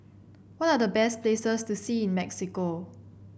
what are the best places to see in Mexico